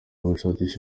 gushakisha